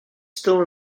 still